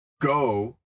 go